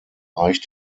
reich